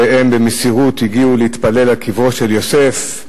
והם במסירות הגיעו להתפלל על קברו של יוסף,